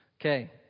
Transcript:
Okay